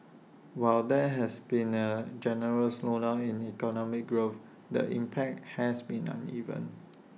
while there has been A general slowdown in economic growth the impact has been uneven